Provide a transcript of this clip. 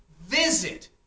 Visit